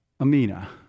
amina